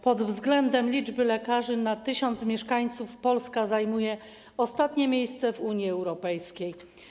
Pod względem liczby lekarzy na 1 tys. mieszkańców Polska zajmuje ostatnie miejsce w Unii Europejskiej.